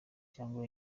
cyangwa